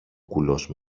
κουλός